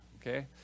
Okay